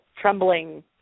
trembling